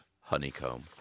honeycomb